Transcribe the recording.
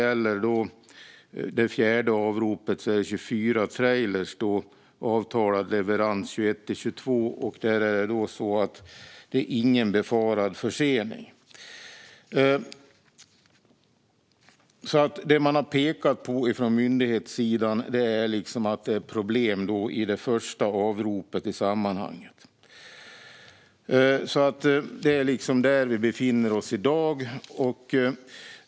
I det fjärde avropet är det 24 trailrar med avtalad leverans 21 och 22, och där är det ingen befarad försening. Det man har pekat på från myndighetssidan är att det är problem i det första avropet. Det är där vi befinner oss i dag.